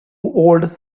old